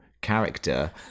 character